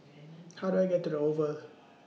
How Do I get to The Oval